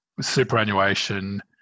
superannuation